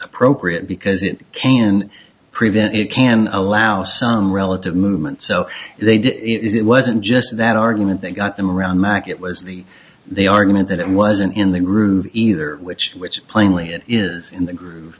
appropriate because it can prevent it can allow some relative movement so they did it it wasn't just that argument that got them around mack it was the the argument that it wasn't in the groove either which which plainly it is in the groove